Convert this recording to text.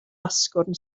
asgwrn